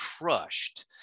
crushed